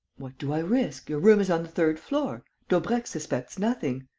what do i risk? your room is on the third floor. daubrecq suspects nothing.